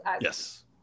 Yes